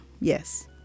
Yes